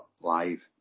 Live